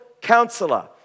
Counselor